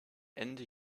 ende